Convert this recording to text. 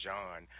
John